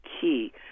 key